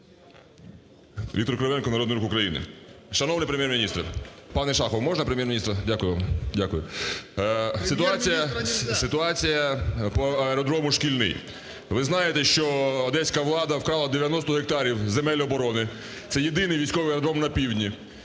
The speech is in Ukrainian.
Віктор Кривенко, Народний Рух України. Шановний Прем’єр-міністр! ПанеШахов, можна Прем’єр-міністра? Дякую вам, дякую. Ситуація, по аеродрому "Шкільний". Ви знаєте, що одеська влада вкрала 90 гектарів земель оборони. Це єдиний військовий аеродром на півдні.